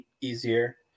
easier